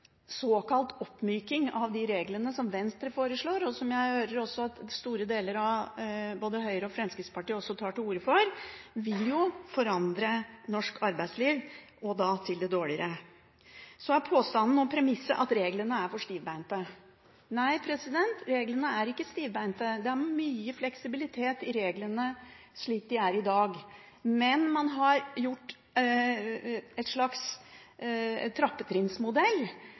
såkalt oppmyking av de reglene, som Venstre foreslår, og som jeg hører at også store deler av både Høyre og Fremskrittspartiet tar til orde for, forandre norsk arbeidsliv – og da til det dårligere. Påstanden og premisset er at reglene er for stivbeinte. Nei, reglene er ikke stivbeinte. Det er mye fleksibilitet i reglene slik de er i dag, men man har laget en slags trappetrinnsmodell,